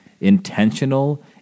intentional